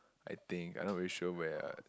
I think I not really sure where ah